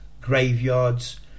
graveyards